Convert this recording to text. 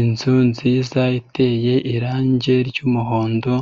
Inzu nziza iteye irangi ry'umuhondo,